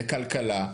לכלכלה,